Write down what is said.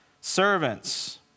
Servants